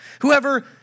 Whoever